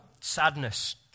sadness